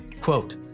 Quote